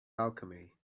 alchemy